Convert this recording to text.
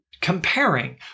comparing